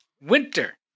Winter